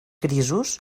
grisos